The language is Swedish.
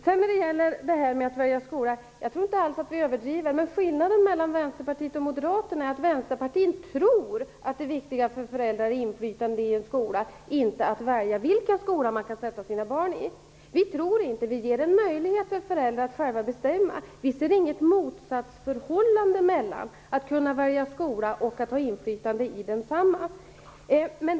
Vi överdriver inte alls när det gäller rätten att välja skola, men skillnaden mellan Vänsterpartiet och Moderaterna är att Vänsterpartiet tror att det viktiga för föräldrarna är att ha inflytande i skolan och inte att kunna välja skola för sina barn. Vi tror inte det, utan vi ger en möjlighet för föräldrarna att själva bestämma. Vi ser inget motsatsförhållande i att kunna välja skola och att ha inflytande i skolan.